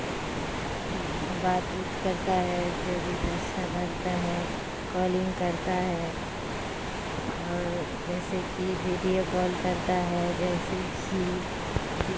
بات اوت کرتا ہے جو بھی پیسہ ڈالتا ہے کالنگ کرتا ہے اور جیسے کہ ویڈیو کال کرتا ہے جیسے کہ دی